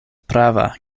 prava